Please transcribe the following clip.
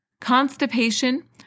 constipation